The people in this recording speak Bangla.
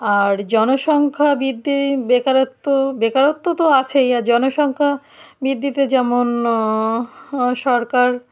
আর জনসংখ্যা বৃদ্ধি বেকারত্ব বেকারত্ব তো আছেই আর জনসংখ্যা বৃদ্ধিতে যেমন সরকার